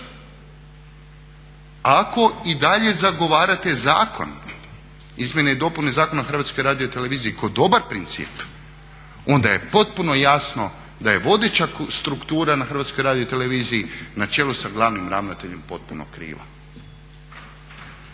Ako i dalje zagovarate zakon, izmjene i dopune Zakona o Hrvatskoj radioteleviziji kao dobar princip onda je potpuno jasno da je vodeća struktura na Hrvatskoj radioteleviziji na čelu sa glavnim ravnateljem potpuno kriva.